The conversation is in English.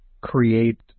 create